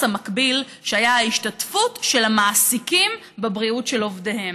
המקביל שהיה ההשתתפות של המעסיקים בבריאות של עובדיהם,